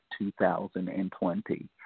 2020